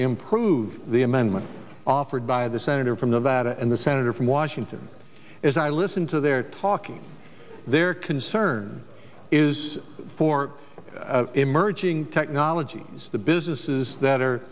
improve the amendment offered by the senator from nevada and the senator from washington as i listen to their talking their concern is for emerging technologies the businesses that are